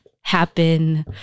happen